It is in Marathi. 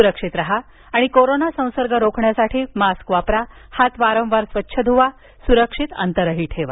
सुरक्षित राहा आणि कोरोना संसर्ग रोखण्यासाठी मास्क वापरा हात वारंवार स्वच्छ धुवा सुरक्षित अंतर ठेवा